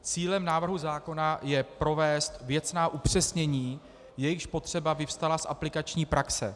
Cílem návrhu zákona je provést věcná upřesnění, jejichž potřeba vyvstala z aplikační praxe.